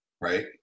right